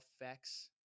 effects